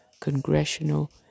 congressional